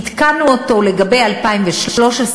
עדכנו אותו לגבי 2013,